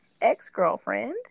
ex-girlfriend